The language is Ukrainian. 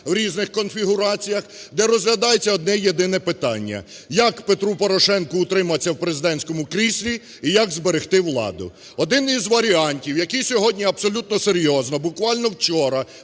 в різних конфігураціях, де розглядається одне єдине питання: як Петру Порошенку утриматися в президентському кріслі і як зберегти владу. Один із варіантів, який сьогодні абсолютно серйозно, буквально